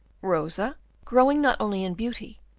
rosa, growing not only in beauty,